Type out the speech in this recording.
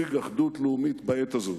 ולהשיג אחדות לאומית בעת הזאת.